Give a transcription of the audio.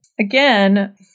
Again